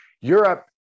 Europe